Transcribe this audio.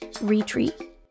retreat